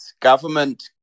government